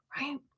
Right